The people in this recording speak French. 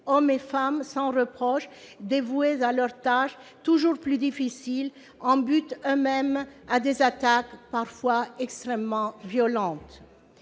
hommes et femmes sans reproche, dévoués à leur tâche, toujours plus difficile, en butte eux-mêmes à des attaques parfois extrêmement violentes.